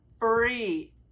free